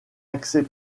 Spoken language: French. axée